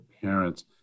parents